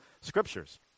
scriptures